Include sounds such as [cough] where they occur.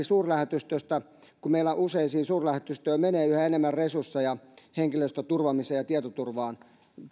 [unintelligible] suurlähetystöstä meillä useisiin suurlähetystöihin menee yhä enemmän resursseja henkilöstön turvaamiseen ja tietoturvaan